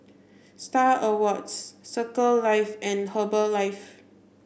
Star Awards Circles Life and Herbalife